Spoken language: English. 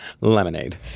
lemonade